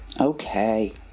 Okay